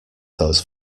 those